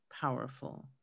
powerful